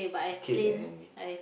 kill the enemy